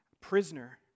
prisoner